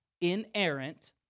inerrant